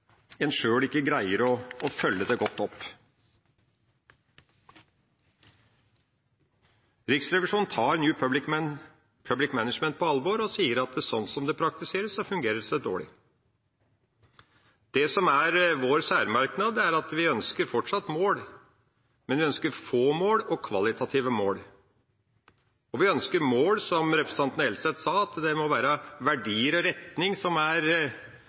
en sjøl ikke greier å følge det godt opp. Riksrevisjonen tar New Public Management på alvor og sier at slik det praktiseres, fungerer det dårlig. Det som er vår særmerknad, er at vi fortsatt ønsker mål, men vi ønsker få og kvalitative mål. Vi ønsker mål – som representanten Helseth sa – der verdier og retning må være vesentlig. Vår holdning er at de ansatte må være med og